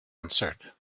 answered